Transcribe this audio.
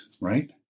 right